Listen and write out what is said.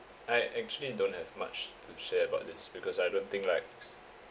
I actually don't have much to say about this because I don't think like